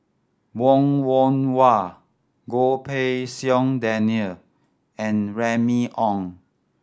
Wong Yoon Wah Goh Pei Siong Daniel and Remy Ong